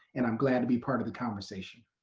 and i'm glad to be part of the conversation.